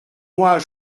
moi